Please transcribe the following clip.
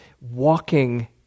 walking